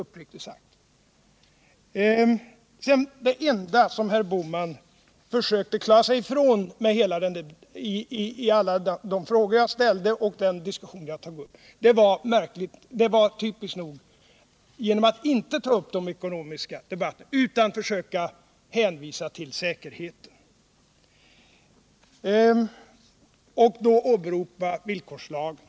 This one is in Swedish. Herr Bohman försöker nu, typiskt nog, klara sig ifrån alla frågor jag ställt och den diskussion som jag försökt ta upp genom att inte gå in i den ekonomiska debatten utan bara hänvisa till säkerheten och åberopa villkorslagen.